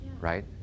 right